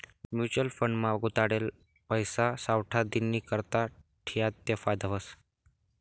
mutual fund मा गुताडेल पैसा सावठा दिननीकरता ठियात ते फायदा व्हस